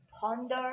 ponder